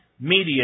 media